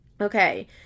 Okay